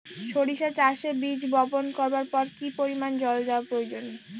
সরিষা চাষে বীজ বপন করবার পর কি পরিমাণ জল দেওয়া প্রয়োজন?